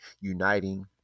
uniting